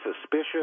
suspicious